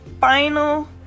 final